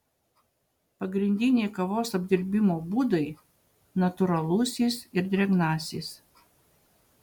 pagrindiniai kavos apdirbimo būdai natūralusis ir drėgnasis